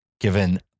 given